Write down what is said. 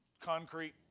concrete